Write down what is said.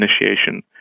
Initiation